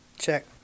check